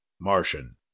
Martian